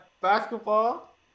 basketball